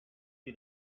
see